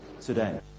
today